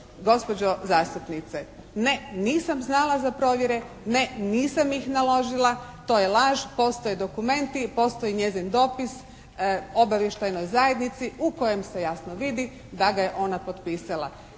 gospođo zastupnice, ne, nisam znala za provjere. Ne, nisam ih naložila. To je laž. Postoje dokumenti. Postoji njezin dopis Obavještajnoj zajednici u kojem se jasno vidi da ga je ona potpisala.